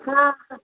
हां